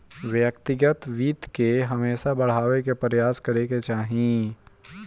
व्यक्तिगत वित्त के हमेशा बढ़ावे के प्रयास करे के चाही